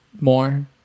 more